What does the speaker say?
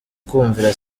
kumvira